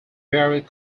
varied